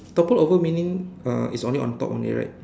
toppled over meaning uh it's only on top only right